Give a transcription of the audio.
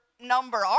number